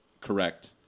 correct